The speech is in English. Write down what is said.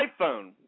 iPhone